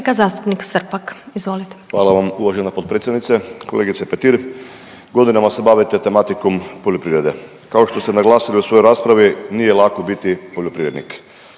Hvala vam uvažena potpredsjednice. Kolegice Petir, godinama se bavite tematikom poljoprivrede. Kao što ste naglasili u svojoj raspravi nije lako biti poljoprivrednik.